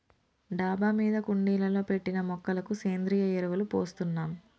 డాబా మీద కుండీలలో పెట్టిన మొక్కలకు సేంద్రియ ఎరువులు పోస్తున్నాం